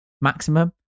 maximum